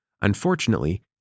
Unfortunately